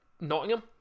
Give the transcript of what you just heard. Nottingham